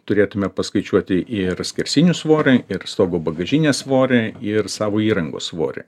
turėtume paskaičiuoti ir skersinių svorį ir stogo bagažinės svorį ir savo įrangos svorį